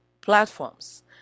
platforms